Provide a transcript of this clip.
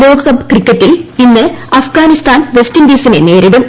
ലോകകപ്പ് ക്രിക്കറ്റിൽ ഇന്ന് അഫ്ഗാനിസ്ഥാൻ വെസ്റ്റ് ഇൻഡീസിനിനെ നേരിടും